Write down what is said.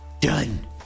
done